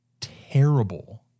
terrible